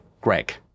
greg